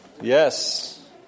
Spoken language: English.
Yes